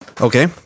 Okay